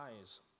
eyes